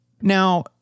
Now